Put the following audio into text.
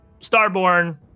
starborn